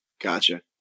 Gotcha